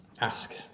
ask